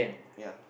ya